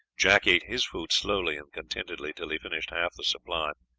jack ate his food slowly and contentedly till he finished half the supply,